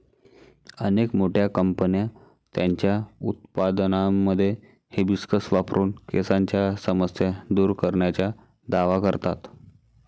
अनेक मोठ्या कंपन्या त्यांच्या उत्पादनांमध्ये हिबिस्कस वापरून केसांच्या समस्या दूर करण्याचा दावा करतात